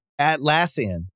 Atlassian